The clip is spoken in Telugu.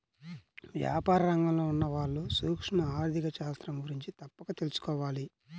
వ్యాపార రంగంలో ఉన్నవాళ్ళు సూక్ష్మ ఆర్ధిక శాస్త్రం గురించి తప్పక తెలుసుకోవాలి